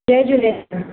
Jay Jhulelal